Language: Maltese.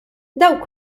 dawk